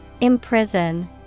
Imprison